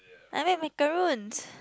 I mean Macaroons